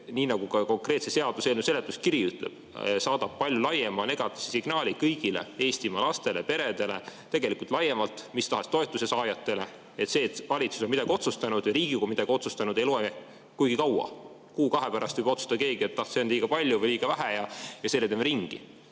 nii nagu ka konkreetse seaduseelnõu seletuskiri ütleb, saadab palju laiema negatiivse signaali kõigile Eestimaa lastele, peredele, tegelikult laiemalt mis tahes toetuse saajatele, et kui valitsus on midagi otsustanud või Riigikogu on midagi otsustanud, siis see ei loe kuigi kaua, sest kuu-kahe pärast võib otsustada keegi: ah, see on liiga palju või liiga vähe ja selle teeme ringi.